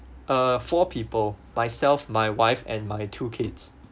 uh four people myself my wife and my two kids